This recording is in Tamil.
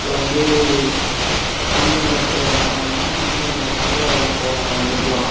இப்ப வந்து தனிமைப்படுத்த கிராமன்னால் வந்து இந்த மலைவாழ் மக்களை நம்ம வந்து சொல்லலாம்